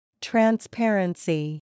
Transparency